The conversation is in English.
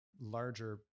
larger